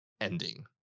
ending